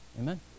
Amen